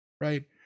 right